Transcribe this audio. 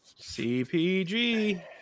CPG